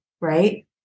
Right